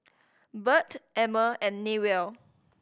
Burt Emmer and Newell